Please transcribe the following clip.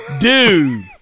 Dude